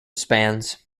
spans